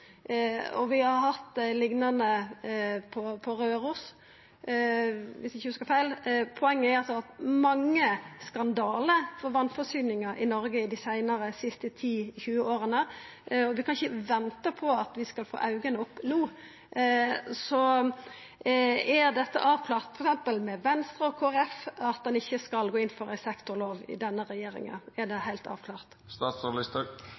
og vi har hatt liknande på Røros, dersom eg ikkje hugsar feil. Poenget er at det har vore mange skandalar når det gjeld vassforsyninga i Noreg dei siste 10–20 åra, og vi kan ikkje venta på at vi skal få auga opp no. Er det avklart med Venstre og Kristeleg Folkeparti at ein ikkje skal gå inn for ei sektorlov i denne regjeringa? Er det